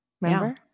Remember